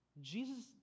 Jesus